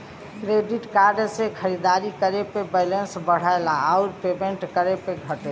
credit card से खरीदारी करे पे बैलेंस बढ़ला आउर पेमेंट करे पे घटला